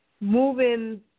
moving